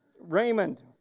Raymond